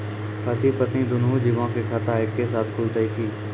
पति पत्नी दुनहु जीबो के खाता एक्के साथै खुलते की?